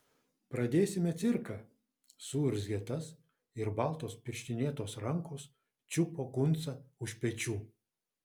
pradėsime cirką suurzgė tas ir baltos pirštinėtos rankos čiupo kuncą už pečių